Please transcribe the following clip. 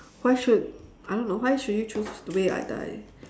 why should I don't know why should you choose the way I die